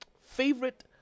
favorite